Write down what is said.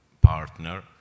partner